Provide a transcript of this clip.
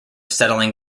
settling